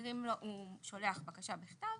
הוא שולח בקשה בכתב